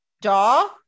Daw